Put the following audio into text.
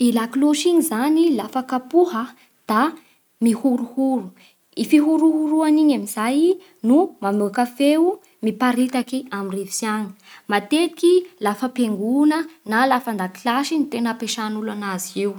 I lakolosy igny zany lafa kapoha da mihorohoro. I fihorohoroany igny amin'izay no mamoaka feo miparitaky amin'ny rivotsy agny; matetiky lafa am-piangona na lafa an-dakilasy no tegna ampiasan'olo agnazy io.